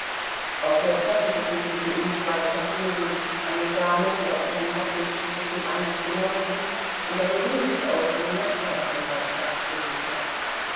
auf der treppe begegneten ihm zwei personen eine dame die auf ihren hackenstiefelchen eilig hinauflief und ein windig aussehender